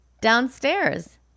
Downstairs